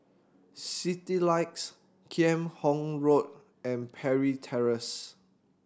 Citylights Kheam Hock Road and Parry Terrace